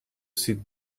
sit